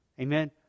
Amen